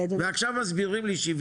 ועכשיו מסבירים לי שוויון.